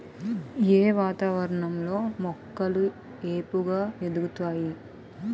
ఏ వాతావరణం లో మొక్కలు ఏపుగ ఎదుగుతాయి?